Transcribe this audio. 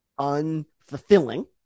unfulfilling